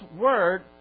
word